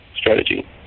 strategy